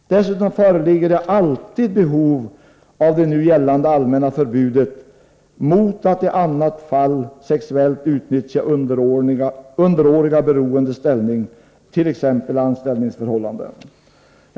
Dessutom föreligger det alltid behov av det nu gällande allmänna förbudet mot att i annat fall sexuellt utryttja underårigs beroende ställning t.ex. i anställningsförhållanden.